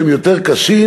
שהם יותר קשים,